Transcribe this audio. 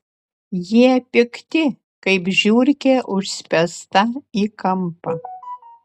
jie pikti kaip žiurkė užspęsta į kampą